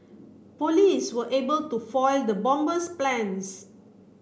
police were able to foil the bomber's plans